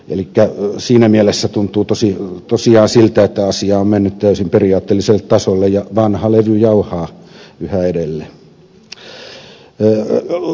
elikkä siinä mielessä tuntuu tosiaan siltä että asia on mennyt täysin periaatteelliselle tasolle ja vanha levy jauhaa yhä edelleen